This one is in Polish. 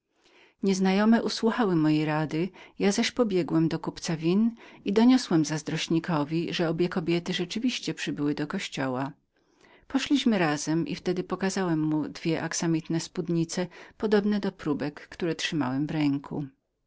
nieznajome usłuchały mojej rady ja zaś pobiegłem do kupca win i doniosłem zazdrośnikowi że obie kobiety rzeczywiście przybyły do kościoła poszliśmy razem i wtedy pokazałem mu dwie suknie podobne do próbek które trzymałem w ręku